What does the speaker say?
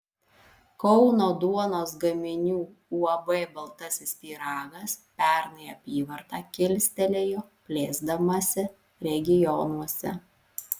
kauno duonos gaminių uab baltasis pyragas pernai apyvartą kilstelėjo plėsdamasi regionuose